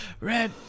Red